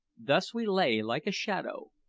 thus we lay, like a shadow,